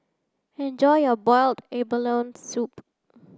enjoy your boiled abalone soup